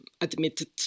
admitted